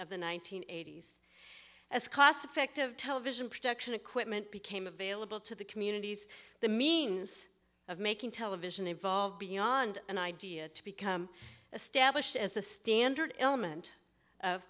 hundred eighty s as cost effective television production equipment became available to the communities the means of making television evolve beyond an idea to become established as the standard element of